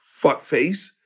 fuckface